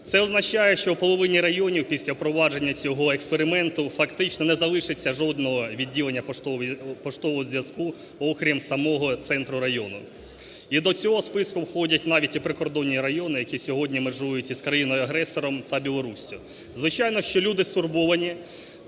Це означає, що у половині районів після впровадження цього експерименту фактично не залишиться жодного відділення поштового зв'язку, окрім самого центру району. І до цього списку входять навіть і прикордонні районі, які сьогодні межують із країною-агресором та Білоруссю. Звичайно, що люди стурбовані